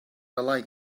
like